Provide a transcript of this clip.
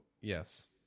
Yes